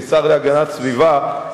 כשר להגנת הסביבה,